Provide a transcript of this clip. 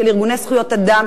של ארגוני זכויות אדם,